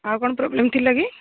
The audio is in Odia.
ଆଉ କ'ଣ ପ୍ରୋବ୍ଲେମ୍ ଥିଲା କି